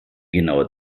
genaue